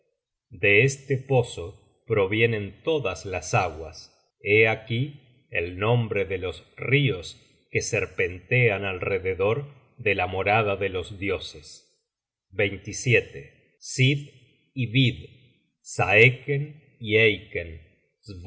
de este pozo provienen todas las aguas lié aquí el nombre de los rios que serpentean alrededor de la morada de los dioses sid y vid saeken